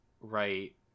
right